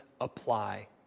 apply